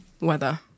weather